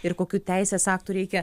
ir kokių teisės aktų reikia